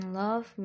love